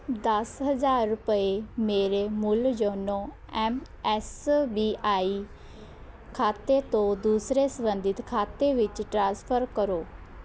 ਦਸ ਹਜ਼ਾਰ ਰੁਪਏ ਮੇਰੇ ਮੁੱਲ YONO M S B I ਖਾਤੇ ਤੋਂ ਦੂਸਰੇ ਸਬੰਧਿਤ ਖਾਤੇ ਵਿੱਚ ਟ੍ਰਾਂਸਫਰ ਕਰੋ